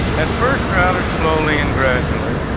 at first rather slowly and gradually,